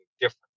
different